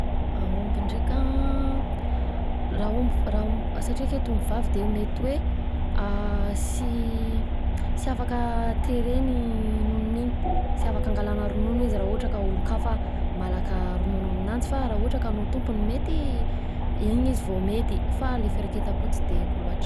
Raha omby ndreka an, raha omby raha omby, satria aketo ombivavy de mety hoe sy, sy afaka terena i nonony iny tsy afala angalana ronono izy raha ohatra ka olon-kafa malaka ronono aminanjy fa raha ohatra ka anao tompony mety iny izy vao mety,, iny izy vao mety, fa ilay fireketam-po tsy de haiko loatra.